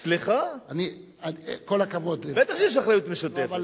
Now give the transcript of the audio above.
סליחה, בטח שיש אחריות משותפת.